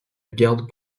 garde